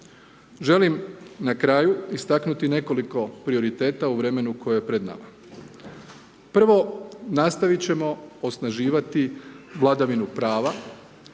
Želim na kraju istaknuti nekoliko prioriteta u vremenu koje je pred nama. Prvo nastaviti ćemo osnaživati vladavinu prava